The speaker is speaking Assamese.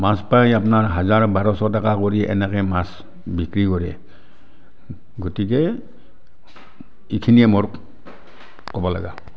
মাছ পায় আপোনাৰ হাজাৰ বাৰশ টকা কৰি এনেকৈ মাছ বিক্ৰী কৰে গতিকে এইখিনিয়ে মোৰ ক'বলগা